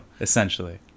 Essentially